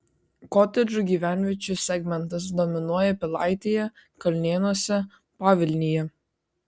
kotedžų gyvenviečių segmentas dominuoja pilaitėje kalnėnuose pavilnyje